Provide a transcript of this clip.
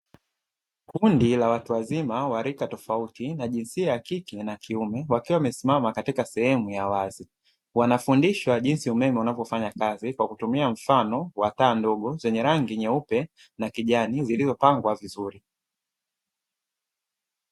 Kundi la watu wazima wa rika tofauti na jinsia ya kike na kiume wakiwa wamesimama katika sehemu ya wazi. Wanafundishwa jinsi umeme unavyofanya kazi kwa kutumia mfano wa taa ndogo zenye rangi nyeupe na kijani zilizopangwa vizuri.